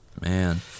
Man